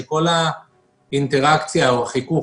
שכל האינטראקציה או החיכוך,